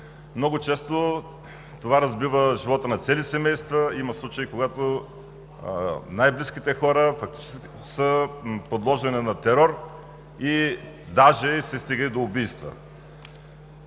Много често това разбива живота на цели семейства. Има случаи, когато най-близките хора са подложени на терор и даже се стига и до убийства.